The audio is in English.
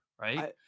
right